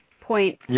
point